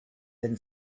then